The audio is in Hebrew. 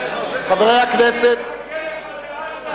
(חבר הכנסת טלב אלסאנע יוצא מאולם המליאה.) מחכה לך בעזה.